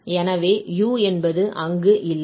எனவே u என்பது அங்கு இல்லை